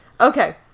Okay